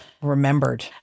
Remembered